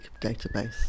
database